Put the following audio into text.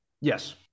Yes